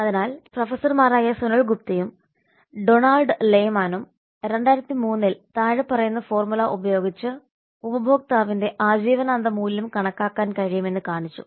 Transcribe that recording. അതിനാൽ പ്രൊഫസർമാരായ സുനിൽ ഗുപ്തയും ഡൊണാൾഡ് ലേമാനും 2003 ൽ താഴെ പറയുന്ന ഫോർമുല ഉപയോഗിച്ച് ഉപഭോക്താവിന്റെ ആജീവനാന്ത മൂല്യം കണക്കാക്കാൻ കഴിയുമെന്ന് കാണിച്ചു